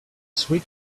sweet